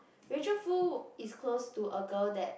Rachel-Foo is close to a girl that